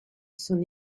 son